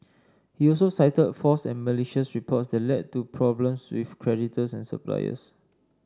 he also cited false and malicious reports that led to problems with creditors and suppliers